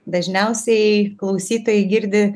dažniausiai klausytojai girdi